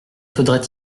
faudrait